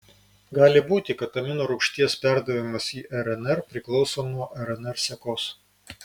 gali būti kad aminorūgšties perdavimas į rnr priklauso nuo rnr sekos